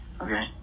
okay